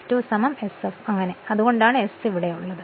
F2 s f അങ്ങനെ അതുകൊണ്ടാണ് S ഇവിടെയുള്ളത്